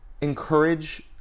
encourage